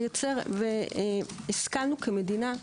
השכלנו כמדינה,